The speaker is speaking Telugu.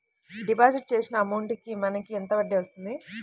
డిపాజిట్ చేసిన అమౌంట్ కి మనకి ఎంత వడ్డీ వస్తుంది?